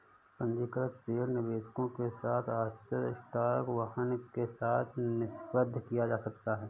पंजीकृत शेयर निवेशकों के साथ आश्चर्य स्टॉक वाहन के साथ निषिद्ध किया जा सकता है